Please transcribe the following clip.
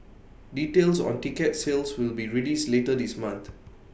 details on ticket sales will be released later this month